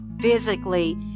physically